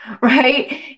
Right